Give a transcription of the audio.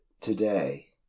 today